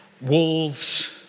wolves